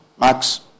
Max